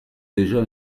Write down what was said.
déjà